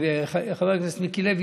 וחבר הכנסת מיקי לוי,